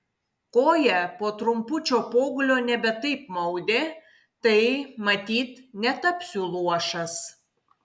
koją po trumpučio pogulio nebe taip maudė tai matyt netapsiu luošas